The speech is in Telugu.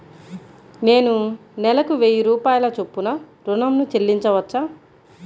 నేను నెలకు వెయ్యి రూపాయల చొప్పున ఋణం ను చెల్లించవచ్చా?